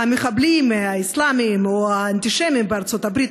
המחבלים האסלאמים או האנטישמים בארצות הברית,